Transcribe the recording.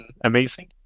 amazing